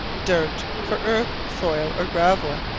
dirt for earth, soil, or gravel.